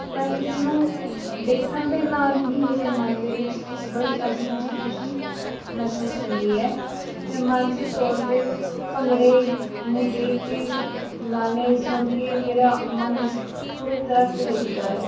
ਪਰ ਇਸ ਨੂੰ ਦੇਖਣ ਦੇ ਨਾਲ ਹੀ ਮੇਰੇ ਮਨ ਦੇ ਵਿੱਚ ਇੱਕ ਬੜੀ ਅਜੀਬ ਜਿਹੀ ਖੁਸ਼ੀ ਮਹਿਸੂਸ ਹੁੰਦੀ ਹੈ ਮੈਂ ਮਾਨਸਿਕ ਤੌਰ 'ਤੇ ਭੰਗੜੇ ਨੂੰ ਦੇਖ ਕੇ ਅਤੇ ਗਾਣੇ ਸੁਣ ਕੇ ਮੇਰਾ ਮਨ ਪੂਰੀ ਤਰ੍ਹਾਂ ਖਿੱਲ ਉੱਠਦਾ ਹੈ